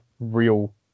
real